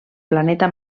planeta